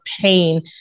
pain